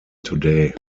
today